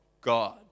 God